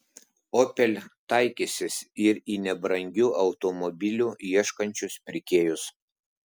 opel taikysis ir į nebrangių automobilių ieškančius pirkėjus